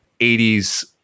80s